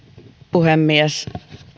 puhemies